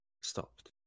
stopped